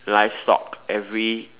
livestock every